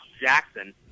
Jackson